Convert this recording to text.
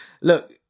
look